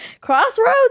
Crossroads